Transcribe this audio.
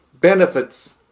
benefits